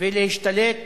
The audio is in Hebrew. ולהשתלט